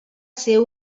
ser